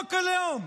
בחוק הלאום,